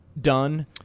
done